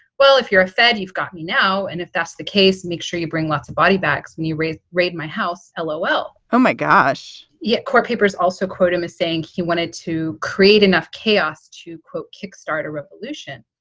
well, if you're a fed, you've got me now. and if that's the case, make sure you bring lots of body bags when you raise. raid my house. hello. well. oh, my gosh. yet court papers also quote him as saying he wanted to create enough chaos to, quote, start a revolution